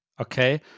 Okay